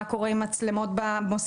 מה קורה עם מצלמות במוסדות,